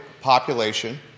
population